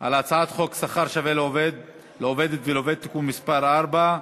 על הצעת חוק שכר שווה לעובדת ולעובד (תיקון מס' 4)